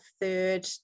third